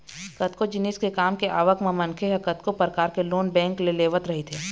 कतको जिनिस के काम के आवक म मनखे ह कतको परकार के लोन बेंक ले लेवत रहिथे